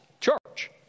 church